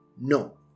No